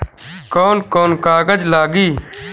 कौन कौन कागज लागी?